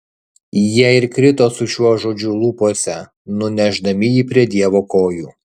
jie ir krito su šiuo žodžiu lūpose nunešdami jį prie dievo kojų